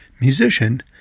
musician